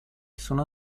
sono